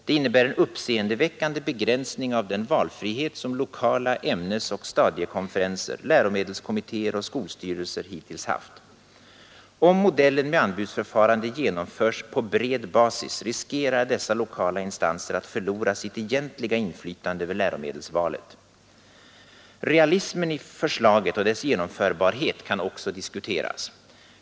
Det innebär en uppseendeväckande begränsning av den valfrihet som lokala ämnesoch stadiekonferenser, läromedelskommittéer och skolstyrelser hittills haft. Om modellen med anbudsförfarande genomförs på bred basis riskerar dessa lokala instanser att förlora sitt egentliga inflytande över läromedelsvalet. Realismen i förslaget och dess genomförbarhet kan också diskuteras.